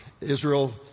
Israel